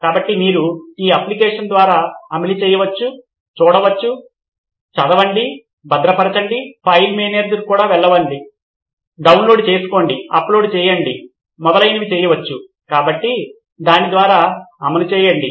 కాబట్టి మీరు ఈ అప్లికషన్ ద్వారా అమలు చేయవచ్చు చూడండి చదవండి భద్రపరచండి ఫైల్ మేనేజర్కు వెళ్లవచ్చు డౌన్లోడ్ చేసుకోండి అప్లోడ్ చేయండి మొదలైనవి చేయవచ్చు కాబట్టి దాని ద్వారా అమలు చేయండి